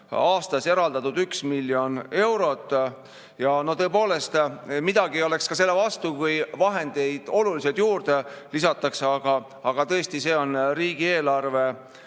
aastas eraldatud 1 miljon eurot. Muidugi ei oleks midagi selle vastu, kui vahendeid oluliselt juurde lisataks, aga tõesti, see on riigieelarve